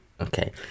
Okay